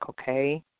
okay